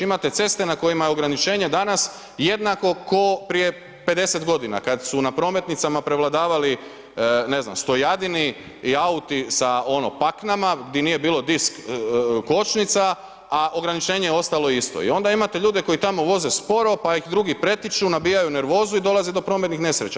Imate ceste na kojima je ograničenje danas jednako kao prije 50 godina, kad su na prometnicama prevladavali ne znam, Stojadini i auti sa ono paknama di nije bilo disk kočnica, a ograničenje je ostalo isto i onda imate ljude koji tamo voze sporo pa ih drugih pretiču, nabijaju nervozu i dolazi do prometnih nesreća.